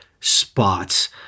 spots